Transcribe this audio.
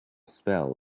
spell